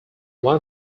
one